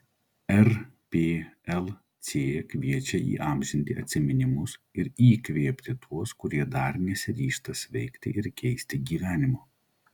rplc kviečia įamžinti atsiminimus ir įkvėpti tuos kurie dar nesiryžta sveikti ir keisti gyvenimo